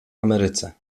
ameryce